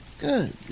Good